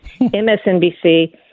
MSNBC